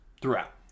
throughout